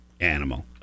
animal